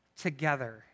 together